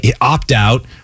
opt-out